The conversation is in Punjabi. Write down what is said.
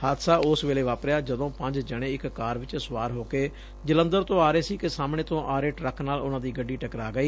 ਹਾਦਸਾ ਉਸ ਵੇਲੇ ਵਾਪਰਿਆ ਜਦੋਂ ਪੰਜ ਜਣੇ ਇਕ ਕਾਰ ਚ ਸਵਾਰ ਹੋ ਕੇ ਜਲੰਧਰ ਤੋਂ ਆ ਰਹੇ ਸੀ ਕਿ ਸਾਹਮਣੇ ਤੋਂ ਆ ਰਹੇ ਟਰੱਕ ਨਾਲ ਉਨ੍ਹਾਂ ਦੀ ਗੱਡੀ ਟਕਰਾਅ ਗਈ